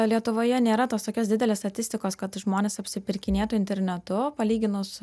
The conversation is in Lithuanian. lietuvoje nėra tos tokios didelės statistikos kad žmonės apsipirkinėtų internetu palyginus